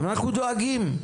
ואנחנו דואגים.